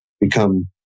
become